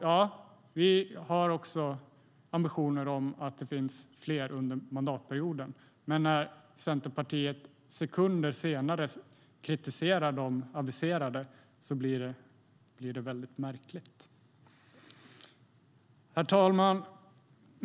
Ja, vi har ambitioner på att de ska bli fler under mandatperioden. Men när Centerpartiet sekunder senare kritiserar de som aviseras blir det hela mycket märkligt. Herr talman!